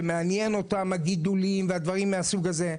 שמעניינים אותם הגידולים ודברים מהסוג הזה.